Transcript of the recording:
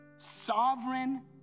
Sovereign